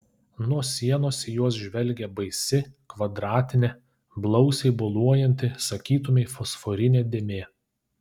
nuo sienos į juos žvelgė baisi kvadratinė blausiai boluojanti sakytumei fosforinė dėmė